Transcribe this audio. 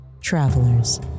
travelers